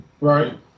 Right